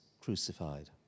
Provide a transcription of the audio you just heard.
crucified